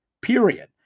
period